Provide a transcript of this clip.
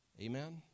Amen